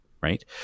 right